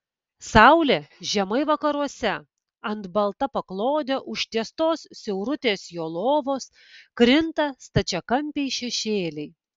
saulė žemai vakaruose ant balta paklode užtiestos siaurutės jo lovos krinta stačiakampiai šešėliai